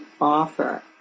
offer